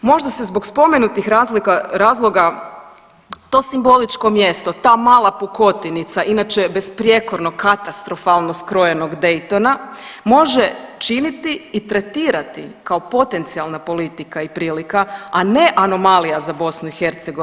Možda se zbog spomenutih razloga to simboličko mjesto, ta mala pukotinica inače besprijekorno katastrofalno skrojenog Daytona, može činiti i tretirati kao potencijalna politika i prilika, a ne anomalija za BiH.